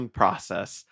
process